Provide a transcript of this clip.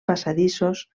passadissos